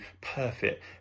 perfect